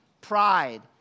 pride